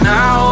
Now